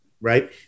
right